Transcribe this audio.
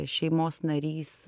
šeimos narys